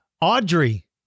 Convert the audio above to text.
Audrey